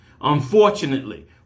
unfortunately